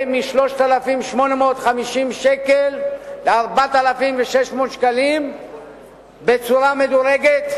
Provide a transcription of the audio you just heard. מ-3,850 שקל ל-4,600 שקלים בצורה מדורגת,